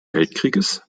weltkrieges